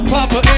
Papa